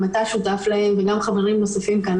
אתה שותף להם וגם חברים נוספים כאן.